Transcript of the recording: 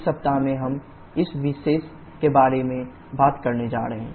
इस सप्ताह में हम इस विशेष के बारे में बात करने जा रहे हैं